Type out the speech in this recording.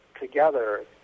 together